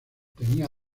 tenía